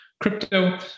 crypto